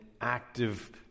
active